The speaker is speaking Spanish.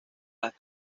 las